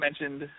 mentioned